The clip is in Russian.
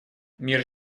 мир